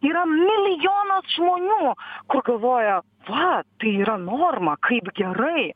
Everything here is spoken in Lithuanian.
yra milijonas žmonių kur galvoja va tai yra norma kaip gerai